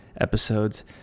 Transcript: episodes